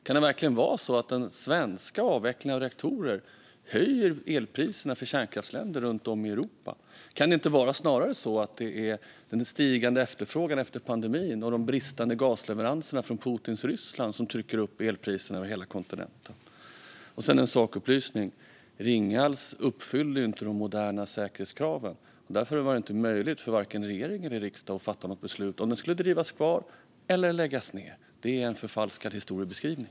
Kan det verkligen vara så att den svenska avvecklingen av reaktorer höjer elpriserna för kärnkraftsländer runt om i Europa? Kan det inte snarare vara så att det är den stigande efterfrågan efter pandemin och de bristande gasleveranserna från Putins Ryssland som trycker upp elpriserna över hela kontinenten? Så en sakupplysning: Ringhals uppfyllde inte de moderna säkerhetskraven, och därför var det inte möjligt för vare sig regering eller riksdag att fatta något beslut om det skulle drivas vidare eller läggas ned. Något annat är en förfalskad historiebeskrivning.